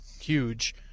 huge